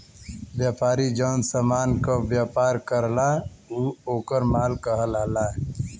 व्यापारी जौन समान क व्यापार करला उ वोकर माल कहलाला